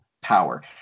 power